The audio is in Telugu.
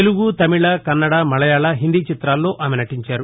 తెలుగు తమిళ కన్నద మళయాళ హిందీ చిత్రాలలో ఆమె నటించారు